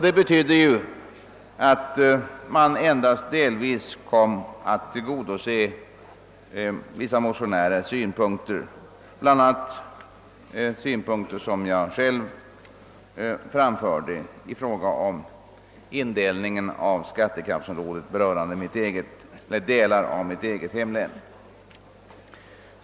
Detta medförde att man endast delvis kom att tillgodose några motionärers synpunkter, bl.a. synpunkter som jag själv framförde i fråga om indelningen i skattekraftsområden berörande delar av mitt hemlän.